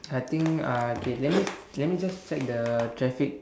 I think uh okay let me let me just check the traffic